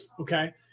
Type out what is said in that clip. okay